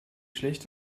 schlecht